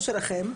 שלכם,